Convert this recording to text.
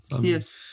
Yes